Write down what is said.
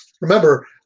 Remember